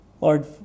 Lord